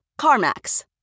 CarMax